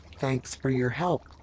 thanks for your help,